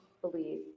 believe